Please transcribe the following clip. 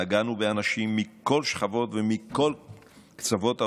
נגענו באנשים מכל שכבות ומכל קצוות האוכלוסייה.